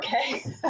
Okay